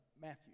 Matthew